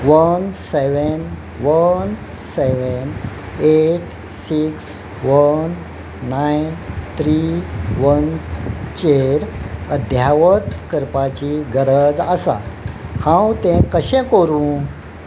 one seven one seven eight six one nine three वनचेर अध्यावत करपाची गरज आसा हांव तें कशें करूं